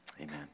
Amen